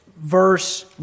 Verse